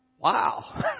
Wow